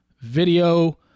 video